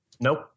Nope